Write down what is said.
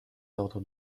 ordres